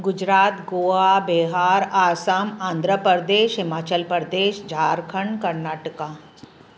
Gujarat Goa Bihar Assam Andhra Pradesh Himachal Pradesh Jharkhand Karnataka